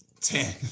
Ten